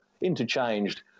interchanged